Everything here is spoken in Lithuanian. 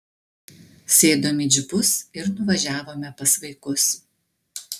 sėdom į džipus ir nuvažiavome pas vaikus